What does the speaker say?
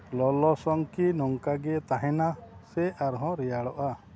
ᱞᱚᱞᱚ ᱥᱚᱝ ᱠᱤ ᱱᱚᱝᱠᱟ ᱜᱮ ᱛᱟᱦᱮᱱᱟ ᱥᱮ ᱟᱨ ᱦᱚᱸ ᱨᱮᱭᱟᱲᱚᱜᱼᱟ